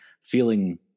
feeling